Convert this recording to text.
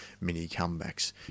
mini-comebacks